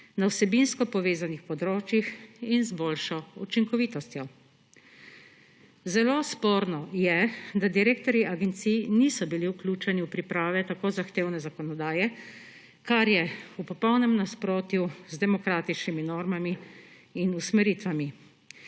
na vsebinsko povezanih področjih in z boljšo učinkovitostjo. Zelo sporno je, da direktorji agencij niso bili vključeni v priprave tako zahtevne zakonodaje, kar je v popolnem nasprotju z demokratičnimi normami in usmeritvami.